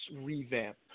revamp